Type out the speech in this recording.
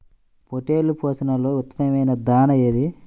పొట్టెళ్ల పోషణలో ఉత్తమమైన దాణా ఏది?